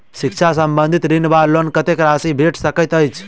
शिक्षा संबंधित ऋण वा लोन कत्तेक राशि भेट सकैत अछि?